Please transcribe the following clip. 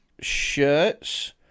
shirts